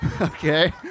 Okay